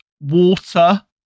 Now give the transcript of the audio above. water